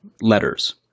letters